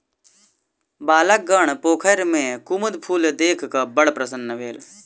बालकगण पोखैर में कुमुद फूल देख क बड़ प्रसन्न भेल